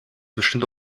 bestimmt